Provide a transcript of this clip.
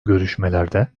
görüşmelerde